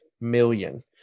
million